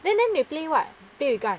then then they play what play with gun